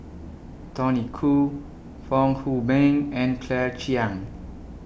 Tony Khoo Fong Hoe Beng and Claire Chiang